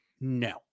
No